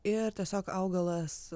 ir tiesiog augalas